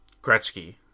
Gretzky